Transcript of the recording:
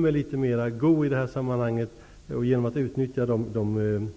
Med litet mera go i det här sammanhanget och genom att man utnyttjar de